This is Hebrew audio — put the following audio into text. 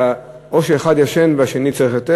או שאחד ישן והשני צריך להיות ער,